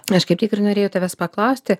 aš kaip tik ir norėjau tavęs paklausti